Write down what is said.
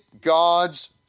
God's